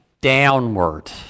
downward